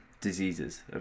diseases